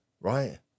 right